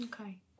Okay